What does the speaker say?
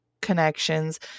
connections